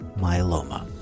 myeloma